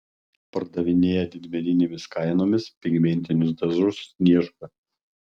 pardavinėja didmeninėmis kainomis pigmentinius dažus sniežka